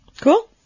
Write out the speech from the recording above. Cool